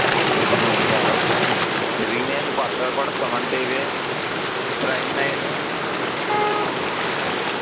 అమ్మో చాలా వచ్చేసినాయి పెరిగినాయండి కొత్తగా కూడా సుమన్ టీవీ క్రైమ్ నైను